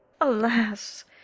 Alas